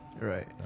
Right